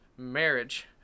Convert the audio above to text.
Marriage